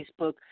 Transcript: Facebook